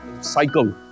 Cycle